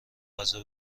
غذا